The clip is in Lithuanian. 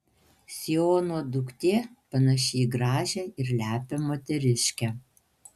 siono duktė panaši į gražią ir lepią moteriškę